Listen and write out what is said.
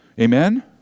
Amen